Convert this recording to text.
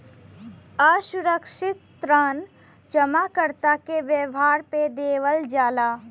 असुरक्षित ऋण जमाकर्ता के व्यवहार पे देवल जाला